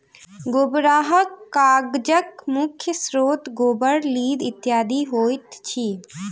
गोबराहा कागजक मुख्य स्रोत गोबर, लीद इत्यादि होइत अछि